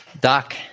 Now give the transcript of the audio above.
Doc